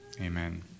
amen